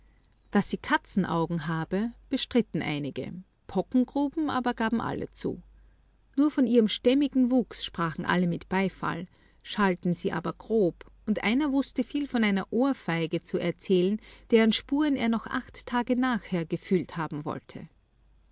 daß sie katzenaugen habe bestritten einige pockengruben aber gaben alle zu nur von ihrem stämmigen wuchs sprachen alle mit beifall schalten sie aber grob und einer wußte viel von einer ohrfeige zu erzählen deren spuren er noch acht tage nachher gefühlt haben wollte